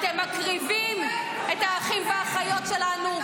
אתם מקריבים את האחים והאחיות שלנו,